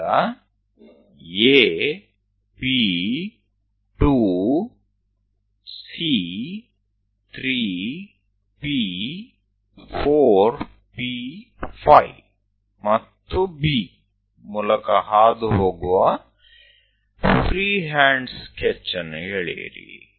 ಈಗ A P 2 C 3 P 4 P 5 ಮತ್ತು B ಮೂಲಕ ಹಾದುಹೋಗುವ ಫ್ರೀಹ್ಯಾಂಡ್ ಸ್ಕೆಚ್ ಅನ್ನು ಎಳೆಯಿರಿ